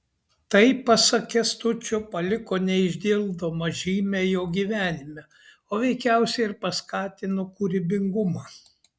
tai pasak kęstučio paliko neišdildomą žymę jo gyvenime o veikiausiai ir paskatino kūrybingumą